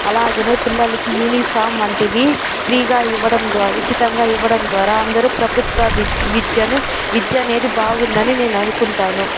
అలాగనే పిల్లలకి యూనిఫామ్ వంటివి ఫ్రీగా ఇవ్వడం ద్వా ఉచితంగా ఇవ్వడం ద్వారా అందరూ ప్రభుత్వ విద్య విద్యను విద్య అనేది బాగుందని నేను అనుకుంటాను